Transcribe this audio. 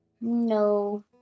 No